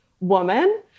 woman